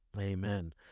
Amen